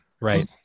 right